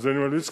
אני ממליץ,